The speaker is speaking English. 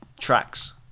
tracks